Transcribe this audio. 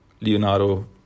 Leonardo